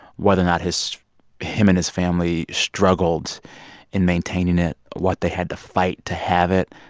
whether or not his him and his family struggled in maintaining it, what they had to fight to have it.